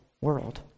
world